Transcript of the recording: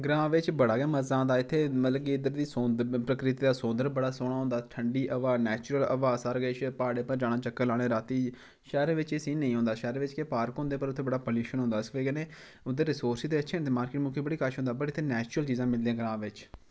ग्रांऽ बिच्च बड़ा गै मजा आंदा इत्थे मतलब कि इद्धर दी सौं प्रकृति दा सौन्दर्ये बड़ा सौह्ना होंदा ठंडी हवा नेचुरल हवा सारा किश प्हाड़ें उप्पर जाना चक्कर लाना रातीं शैह्रें बिच्च एह् सीन नेईं शैह्रे बिच केह् होंदा पार्क होंदे उत्थे बड़ा पल्यूशन होंदा इस बजह ते उद्धर रिसोर्स ते अच्छे न पर मार्किट मुर्केट बड़ा कश होंदा पर इद्धर नेचुरल चीजां मिलदियां ग्रांऽ बिच्च